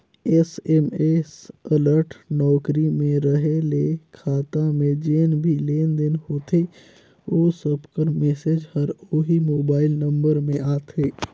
SMS alert नउकरी में रहें ले खाता में जेन भी लेन देन होथे ओ सब कर मैसेज हर ओही मोबाइल नंबर में आथे